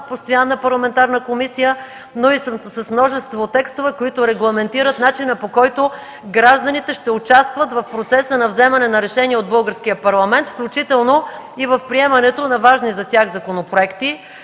постоянна парламентарна комисия, но и с множество текстове, които регламентират начина, по който гражданите ще участват в процеса на вземане на решения от Българския парламент, включително и в приемането на важни за тях законопроекти.